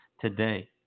Today